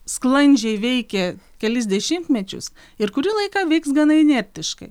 sklandžiai veikė kelis dešimtmečius ir kurį laiką veiks gana inertiškai